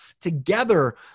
together